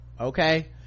okay